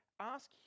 Ask